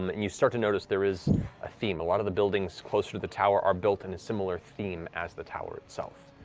um and you start to notice there is a theme. a lot of the buildings closer to the tower are built in a similar theme as the tower itself.